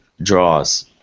draws